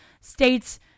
states